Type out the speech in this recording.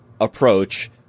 approach